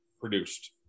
produced